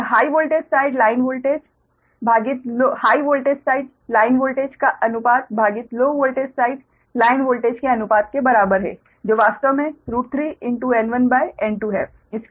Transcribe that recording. यह high voltage side line voltage भागित high voltage side line voltage का अनुपात भागित low voltage side line voltage के अनुपात के बराबर है जो वास्तव में 3N1N2 है